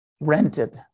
rented